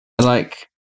Like-